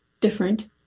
different